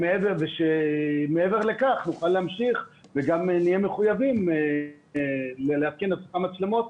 מעבר לכך נוכל להמשיך וגם נהיה מחויבים להתקין את אותן מצלמות,